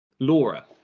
Laura